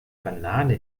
banane